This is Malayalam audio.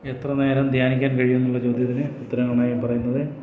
എത്ര നേരം ധ്യാനിക്കാൻ കഴിയും എന്നുള്ള ചോദ്യത്തിന് ഉത്തരമായി പറയുന്നത്